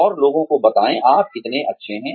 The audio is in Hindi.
और लोगों को बताएं आप कितने अच्छे हैं